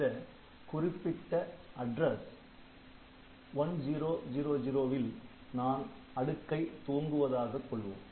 இந்த குறிப்பிட்ட அட்ரஸ் 1000 ல் நான் அடுக்கை துவங்குவதாக கொள்வோம்